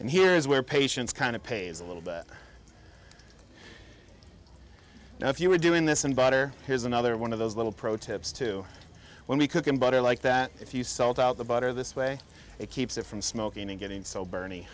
and here is where patients kind of pays a little bit now if you were doing this and bought or here's another one of those little protests too when we cook them but i like that if you sold out the butter this way it keeps it from smoking and getting so bernie